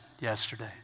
yesterday